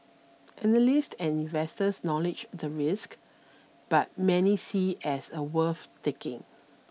analysts and investors knowledge the risk but many see it as a worth taking